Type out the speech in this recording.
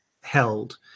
held